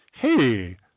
Hey